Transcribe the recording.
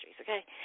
okay